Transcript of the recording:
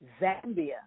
Zambia